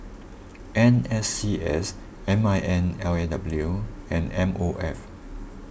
N S C S M I N L A W and M O F